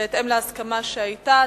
בהתאם להסכמה שהיתה.